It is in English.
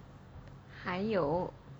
还有